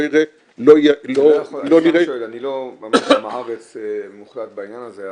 לא יראה -- אני לא עם הארץ מוחלט בעניין הזה,